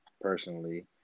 personally